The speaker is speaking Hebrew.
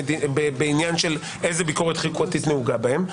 בעניין של איזו ביקורת חוקתית נהוגה בהן.